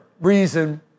reason